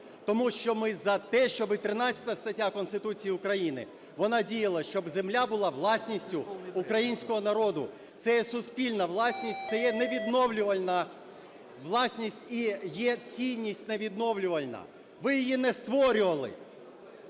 Тому що ми за те, щоб 13 стаття Конституції України, вона діяла, щоб земля була власністю українського народу. Це є суспільна власність. Це є невідновлювальна власність і є цінність невідновлювальна. Ви її не створювали.